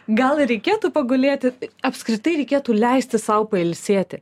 gal ir reikėtų pagulėti apskritai reikėtų leisti sau pailsėti